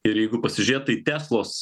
ir jeigu pasižiūrėt tai teslos